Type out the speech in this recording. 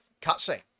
cutscene